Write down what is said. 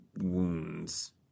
wounds